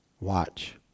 Watch